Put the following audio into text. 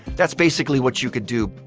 that's basically what you could do.